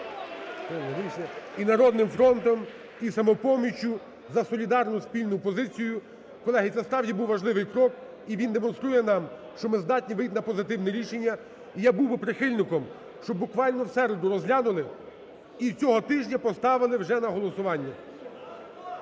І "Народним фронтом", і "Самопоміччю" за солідарну спільну позицію. Колеги, це, справді, був важливий крок, і він демонструє нам, що ми здатні вийти на позитивне рішення. І я був би прихильником, щоб буквально в середу розглянули, і цього тижня поставили вже на голосування.